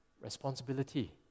responsibility